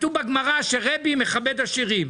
כתוב בגמרא שרבי מכבד עשירים,